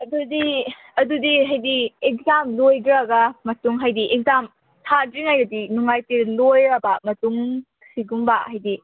ꯑꯗꯨꯗꯤ ꯑꯗꯨꯗꯤ ꯍꯥꯏꯗꯤ ꯑꯦꯛꯖꯥꯝ ꯂꯣꯏꯈ꯭ꯔꯒ ꯃꯇꯨꯡ ꯍꯥꯏꯗꯤ ꯑꯦꯛꯖꯥꯝ ꯊꯥꯗ꯭ꯔꯤꯉꯩꯗꯗꯤ ꯅꯨꯡꯉꯥꯏꯇꯦ ꯂꯣꯏꯔꯕ ꯃꯇꯨꯡ ꯁꯤꯒꯨꯝꯕ ꯍꯥꯏꯗꯤ